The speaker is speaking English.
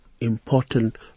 important